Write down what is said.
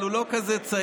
אבל הוא לא כזה צעיר,